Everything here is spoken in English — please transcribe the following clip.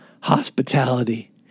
hospitality